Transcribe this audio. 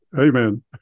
Amen